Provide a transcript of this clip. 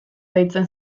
deitzen